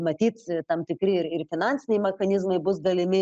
matyt tam tikri ir ir finansiniai mechanizmai bus galimi